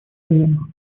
районах